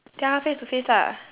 tell her face to face lah